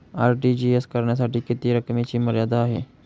RTGS करण्यासाठी किती रकमेची मर्यादा आहे?